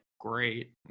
great